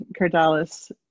Cardalis